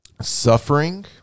suffering